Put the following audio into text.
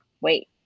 Wait